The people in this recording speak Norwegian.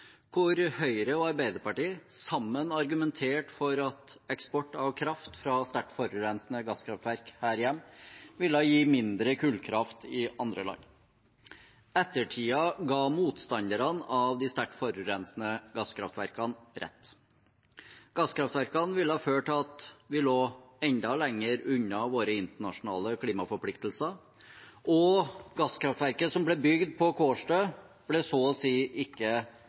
hvor Høyre og Arbeiderpartiet sammen argumenterte for at eksport av kraft fra sterkt forurensende gasskraftverk her hjemme ville gi mindre kullkraft i andre land. Ettertiden ga motstanderne av de sterkt forurensende gasskraftverkene rett. Gasskraftverkene ville ha ført til at vi lå enda lenger unna våre internasjonale klimaforpliktelser, og gasskraftverket som ble bygd på Kårstø, ble så å si ikke